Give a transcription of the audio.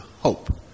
hope